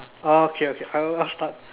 oh okay okay I'll I'll start